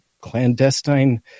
clandestine